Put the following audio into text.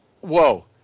whoa